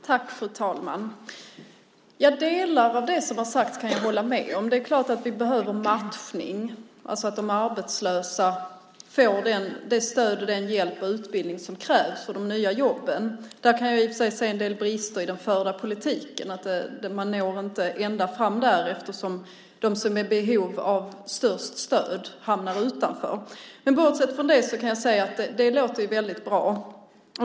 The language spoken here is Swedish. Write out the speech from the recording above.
Fru talman! Delar av det som har sagts kan jag hålla med om. Det är klart att vi behöver matchning, alltså att de arbetslösa får det stöd och den hjälp och utbildning som krävs för de nya jobben. Där kan jag i och för sig se en del brister i den förda politiken. Man når inte ända fram där eftersom de som är i behov av störst stöd hamnar utanför. Men bortsett från det låter det väldigt bra.